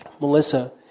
Melissa